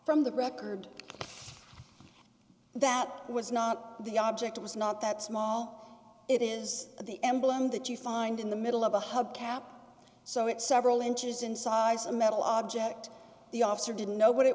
from the record that was not the object was not that it is the emblem that you find in the middle of a hubcap so it several inches in size a metal object the officer didn't know what it